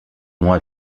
moi